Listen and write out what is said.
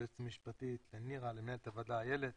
לנירה היועצת המשפטית, לאיילת